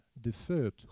deferred